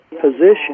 position